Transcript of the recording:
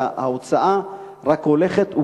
ההוצאה רק הולכת וגדלה,